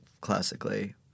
classically